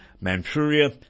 Manchuria